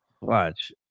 Watch